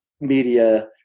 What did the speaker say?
media